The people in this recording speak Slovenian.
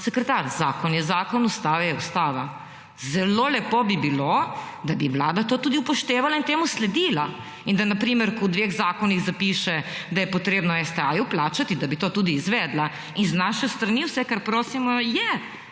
sekretar, zakon je zakon, Ustava je Ustava. Zelo lepo bi bilo, da bi vlada to tudi upoštevala in temu sledila in da na primer, ko v 2 zakonih zapiše, da je potrebno STA plačati, da bi to tudi izvedla. In z naše strani vse, kar prosimo, je,